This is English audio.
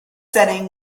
setting